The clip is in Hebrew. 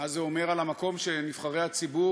מה זה אומר על המקום שנבחרי הציבור